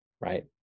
right